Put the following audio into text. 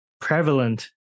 prevalent